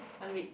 one week